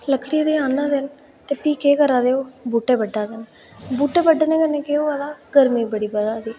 लकड़ी दी आह्ना दे न ते प्ही केह् करा दे ओह् लकड़ी बड्ढा दे न ओह् बूह्टे बड्ढने कन्नै केह् होआ दा गर्मी बड़ी बधा दी